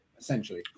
essentially